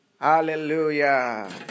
Hallelujah